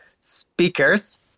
speakers